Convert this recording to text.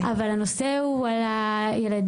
אבל הנושא הוא על הילדים,